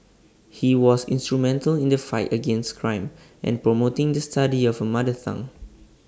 he was instrumental in the fight against crime and promoting the study of A mother tongue